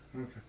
Okay